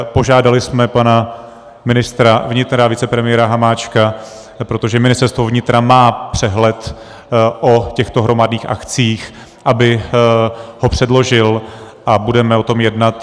Požádali jsme pana ministra vnitra, vicepremiéra Hamáčka, protože Ministerstvo vnitra má přehled o těchto hromadných akcích, aby ho předložil, a budeme o tom jednat.